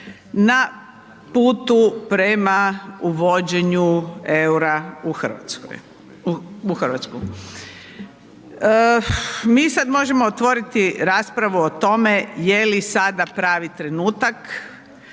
na putu prema uvođenju EUR-a u RH. Mi sad možemo otvoriti raspravu o tome je li sada pravi trenutak,